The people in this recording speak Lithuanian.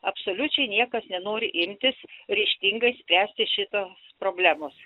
absoliučiai niekas nenori imtis ryžtingai spręsti šitos problemos